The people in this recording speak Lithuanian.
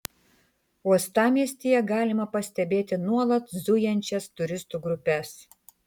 uostamiestyje galima pastebėti nuolat zujančias turistų grupes